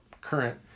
current